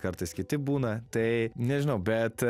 kartais kiti būna tai nežinau bet